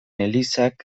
elizak